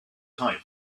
kite